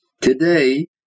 Today